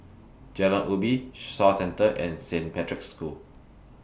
Jalan Ubi Shaw Centre and Saint Patrick's School